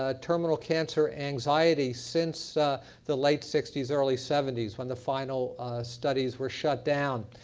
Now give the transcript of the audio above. ah terminal cancer anxiety, since the late sixty s, early seventy s, when the final studies were shut down.